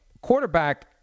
quarterback